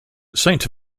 saint